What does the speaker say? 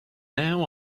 now